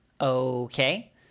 Okay